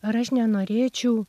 ar aš nenorėčiau